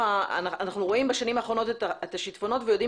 אנחנו רואים בשנים האחרונות את השיטפונות ויודעים